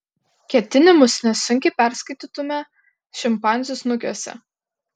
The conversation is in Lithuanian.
ketinimus nesunkiai perskaitytume šimpanzių snukiuose